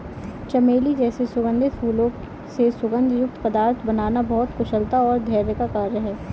चमेली जैसे सुगंधित फूलों से सुगंध युक्त पदार्थ बनाना बहुत कुशलता और धैर्य का कार्य है